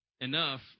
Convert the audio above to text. enough